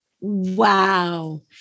Wow